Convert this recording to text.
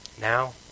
Now